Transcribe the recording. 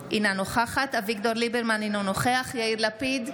אינה נוכחת אביגדור ליברמן, אינו נוכח יאיר לפיד,